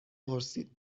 پرسید